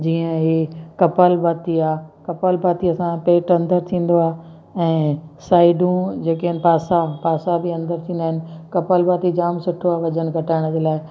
जीअं ही कपालभाती आहे कपालभातीअ सां पेट अंदरि थींदो आहे ऐं साइडूं जेके आहिनि पासा पासा बि अंदरि थींदा आहिनि कपालभाती जाम सुठो आहे वजन घटाइण जे लाइ